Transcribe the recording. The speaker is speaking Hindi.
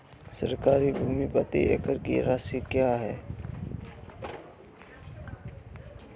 सरकारी भूमि प्रति एकड़ की राशि क्या है?